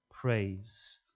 praise